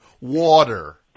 Water